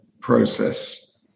process